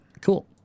cool